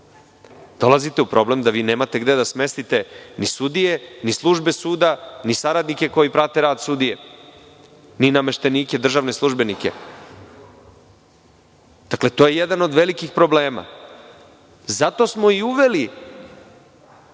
dolazite u problem da vi nemate gde da smestite ni sudije, ni službe suda, ni saradnike koji prate rad sudije, ni nameštenike, ni državne službenike. Dakle, to je jedan od velikih problema. Zato smo i uveli